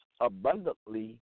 abundantly